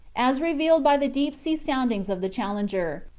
as revealed by the deep-sea soundings of the challenger,